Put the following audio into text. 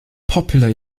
popular